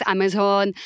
Amazon